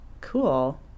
Cool